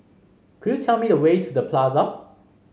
could you tell me the way to The Plaza